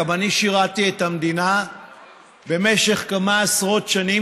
גם אני שירתי את המדינה במשך כמה עשרות שנים